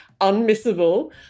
unmissable